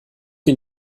ihn